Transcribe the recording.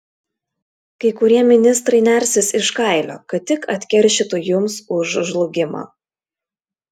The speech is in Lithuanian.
kai kurie ministrai nersis iš kailio kad tik atkeršytų jums už žlugimą